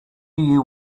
you